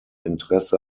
interesse